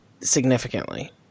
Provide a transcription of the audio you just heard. significantly